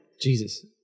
Jesus